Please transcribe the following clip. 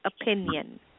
opinion